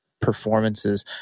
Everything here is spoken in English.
performances